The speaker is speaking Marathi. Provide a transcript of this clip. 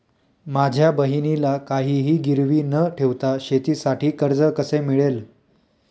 माझ्या बहिणीला काहिही गिरवी न ठेवता शेतीसाठी कर्ज कसे मिळेल?